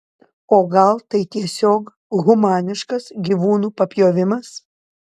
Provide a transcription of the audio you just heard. o gal tai tiesiog humaniškas gyvūnų papjovimas